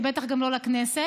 ובטח גם לא לכנסת,